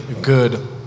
good